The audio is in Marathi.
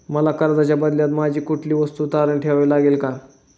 मला कर्जाच्या बदल्यात माझी कुठली वस्तू तारण ठेवावी लागेल का?